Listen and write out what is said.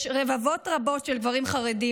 יש רבבות רבות של גברים חרדים,